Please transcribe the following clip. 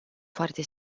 foarte